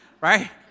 right